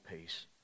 peace